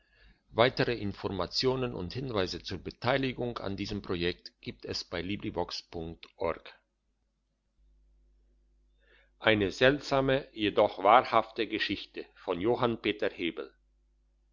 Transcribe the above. war eine seltsame jedoch wahrhafte geschichte